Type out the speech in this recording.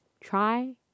try